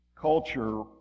culture